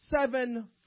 Seven